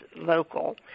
local